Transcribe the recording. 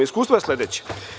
Iskustvo je sledeće.